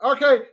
Okay